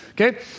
Okay